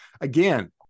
Again